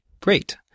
Great